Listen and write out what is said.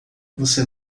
você